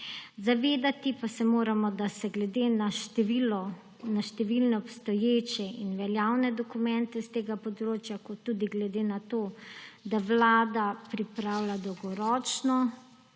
Zavedati pa se moramo, da se nam glede na številne obstoječe in veljavne dokumente s tega področja kot tudi glede na to, da vlada pripravlja dolgoročno